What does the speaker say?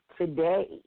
today